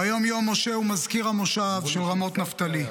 ביום יום משה הוא מזכיר המושב של רמות נפתלי,